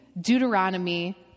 Deuteronomy